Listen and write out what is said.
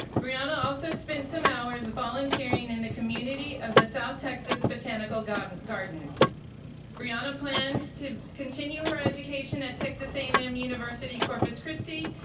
briana also spent some hours of volunteering in the community of the south texas botanical gardens. briana plans to continue her education at texas a and m university-corpus christi,